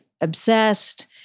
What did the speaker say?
obsessed